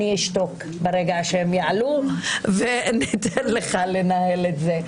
אני אשתוק ברגע שהם יעלו ואני אתן לך לנהל את זה,